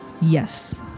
Yes